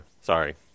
Sorry